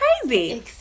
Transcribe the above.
crazy